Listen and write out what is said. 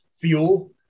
fuel